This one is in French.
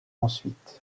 ensuite